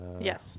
Yes